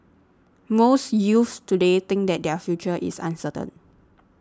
most youths today think that their future is uncertain